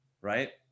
right